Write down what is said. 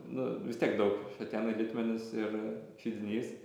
nu vis tiek daug šatėnai litmenis ir židinys